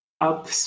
up